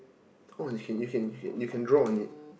oh you can you can you can draw on it